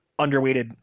underweighted